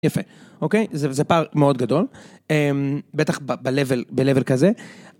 יפה, אוקיי? זה פער מאוד גדול, בטח בlevel, בlevel כזה.